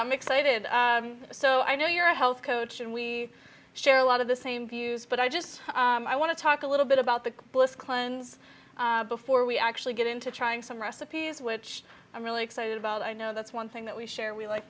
i'm excited so i know you're a health coach and we share a lot of the same views but i just i want to talk a little bit about the cleanse before we actually get into trying some recipes which i'm really excited about i know that's one thing that we share we like